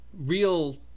real